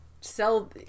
sell